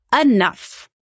enough